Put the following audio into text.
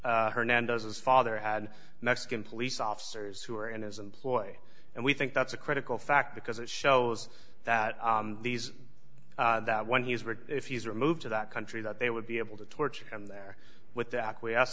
hernandez's father had mexican police officers who were in his employ and we think that's a critical fact because it shows that these that when he's rich if he's removed to that country that they would be able to torture him there with the acquiesce